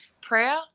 prayer